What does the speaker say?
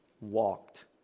walked